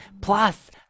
Plus